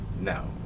No